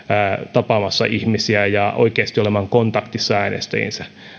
tapaamassa ihmisiä ja oikeasti olemaan kontaktissa äänestäjiinsä